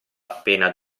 appena